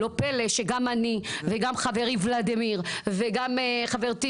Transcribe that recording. לא פלא שגם אני וגם חברי ולדימיר וגם חברתי